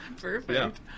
Perfect